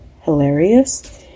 hilarious